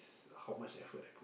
how much effort I put